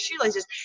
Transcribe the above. shoelaces